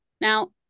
Now